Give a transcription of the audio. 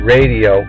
Radio